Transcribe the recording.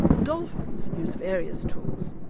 dolphins use various tools.